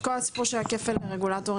אז כל הסיפור בכפל ברגולטורים?